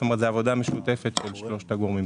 זה עבודה משותפת של שלושת הגורמים,